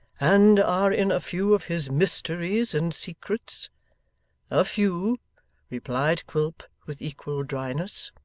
and are in a few of his mysteries and secrets a few replied quilp, with equal dryness.